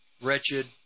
Wretched